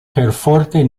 perforte